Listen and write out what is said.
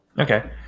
Okay